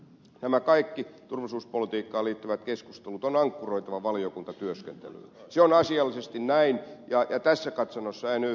nämä kaikki turvallisuuspolitiikkaan liittyvät keskustelut on ankkuroitava valiokuntatyöskentelyyn se on asiallisesti näin ja tässä katsannossa en yhdy ed